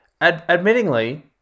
admittingly